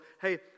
hey